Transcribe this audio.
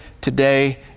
today